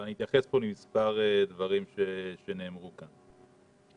אבל אני אתייחס למספר דברים שנאמרו כאן.